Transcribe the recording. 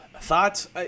Thoughts